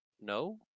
No